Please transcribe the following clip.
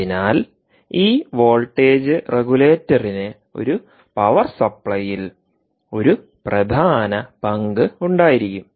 അതിനാൽ ഈ വോൾട്ടേജ് റെഗുലേറ്ററിനു ഒരു പവർ സപ്ലൈയിൽ ഒരു പ്രധാന പങ്ക് ഉണ്ടായിരിക്കും